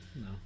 No